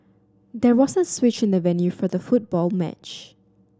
there was a switch in the venue for the football match